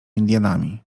indianami